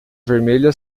vermelha